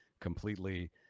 completely